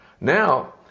now